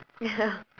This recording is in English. ya